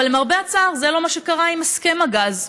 אבל למרבה הצער, זה לא מה שקרה עם הסכם הגז.